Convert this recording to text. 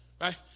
right